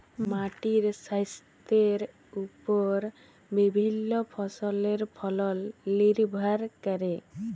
মাটির স্বাইস্থ্যের উপর বিভিল্য ফসলের ফলল লির্ভর ক্যরে